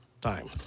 Time